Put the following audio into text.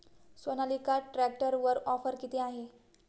सोनालिका ट्रॅक्टरवर ऑफर किती आहे?